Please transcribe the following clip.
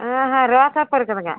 ஹான் ஹான் ரோஜா பூ இருக்குதுங்க